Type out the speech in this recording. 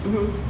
mmhmm